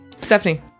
Stephanie